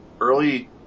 early